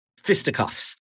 fisticuffs